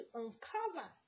uncover